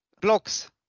blocks